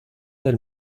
del